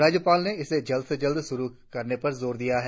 राज्यपाल ने इसे जल्द से जल्द शुरु करने पर जोर दिया है